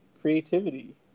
creativity